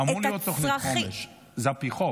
אמורה להיות תוכנית חומש, זה על פי חוק.